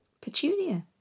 Petunia